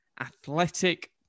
athletic